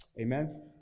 Amen